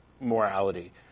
morality